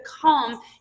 come